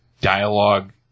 dialogue